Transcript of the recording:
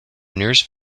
nearest